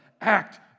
act